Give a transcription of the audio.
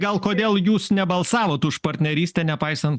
gal kodėl jūs nebalsavot už partnerystę nepaisant